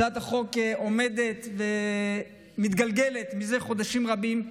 הצעת החוק עומדת ומתגלגלת מזה חודשים רבים.